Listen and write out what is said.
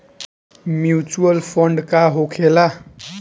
Mutual fund का होखेला?